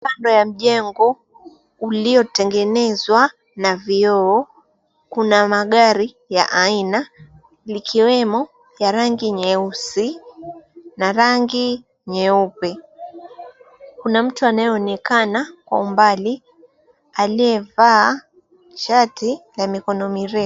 Ukuta wa jengo uliotengenezwa na vioo. Kuna magari ya aina likiwemo la rangi nyeusi na rangi nyeupe. Kuna mtu anayeonekana kwa umbali aliyevaa shati la mikono mirefu.